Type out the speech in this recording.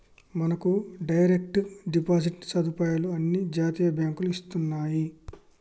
మనకు direct deposit సదుపాయాలు అన్ని జాతీయ బాంకులు ఇత్తన్నాయి